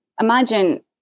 imagine